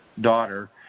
daughter